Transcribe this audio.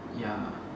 ya